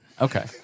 Okay